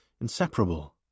inseparable